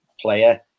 player